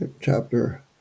chapter